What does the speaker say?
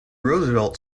roosevelt